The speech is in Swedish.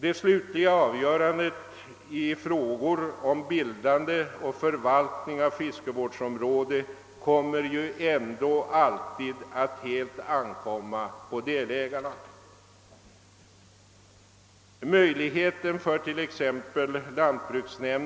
Det slutliga avgörandet i frågor om bildande och förvaltning av fiskevårdsområde kommer ju ändå alltid att helt ankomma på delägarna.